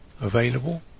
available